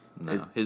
No